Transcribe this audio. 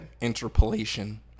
interpolation